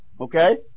Okay